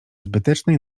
zbytecznej